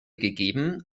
gegeben